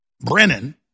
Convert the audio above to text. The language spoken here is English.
Brennan